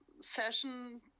session